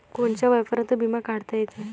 कोनच्या वयापर्यंत बिमा काढता येते?